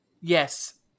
Yes